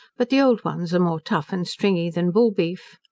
but the old ones are more tough and stringy than bullbeef.